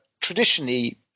traditionally